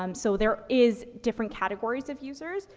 um so there is different categories of users,